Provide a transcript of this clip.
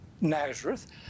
Nazareth